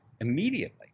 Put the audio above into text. immediately